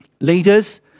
Leaders